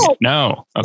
No